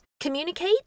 communicate